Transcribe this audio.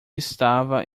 estava